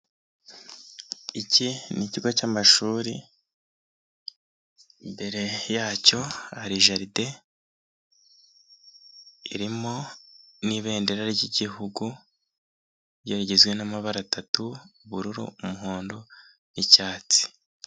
Iki ni ikigo cyamashuri, imbere yacyo hari jaride irimo n'ibendera ry'Igihugu rigizwe n'amabara atatu: ubururu, umuhondo nicyatsi.